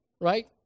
Right